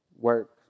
work